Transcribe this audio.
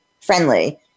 friendly